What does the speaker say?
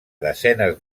desenes